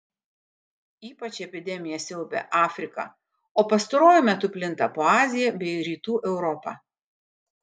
ypač epidemija siaubia afriką o pastaruoju metu plinta po aziją bei rytų europą